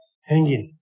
hanging